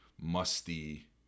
musty